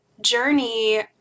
journey